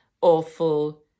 awful